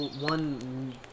one